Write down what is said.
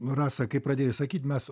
rasa kai pradėjai sakyt mes